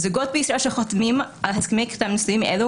זוגות בישראל שחותמים על הסכמי קדם נישואים אלה,